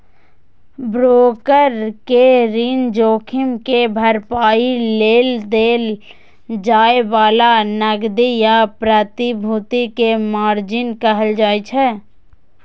broker कें ऋण जोखिम के भरपाइ लेल देल जाए बला नकदी या प्रतिभूति कें मार्जिन कहल जाइ छै